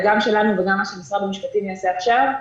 גם שלנו וגם שמשרד המשפטים יעשה עכשיו,